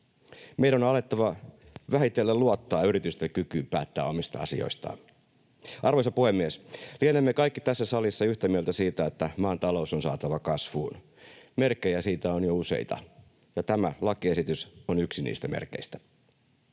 Meidän on alettava vähitellen luottamaan yritysten kykyyn päättää omista asioistaan. Arvoisa puhemies! Lienemme kaikki tässä salissa yhtä mieltä siitä, että maan talous on saatava kasvuun. Merkkejä siitä on jo useita, ja tämä lakiesitys on yksi niistä merkeistä.